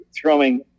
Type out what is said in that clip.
throwing